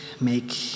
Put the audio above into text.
make